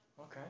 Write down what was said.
Okay